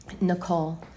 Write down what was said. Nicole